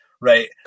right